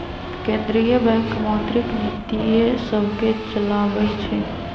केंद्रीय बैंक मौद्रिक नीतिय सभके चलाबइ छइ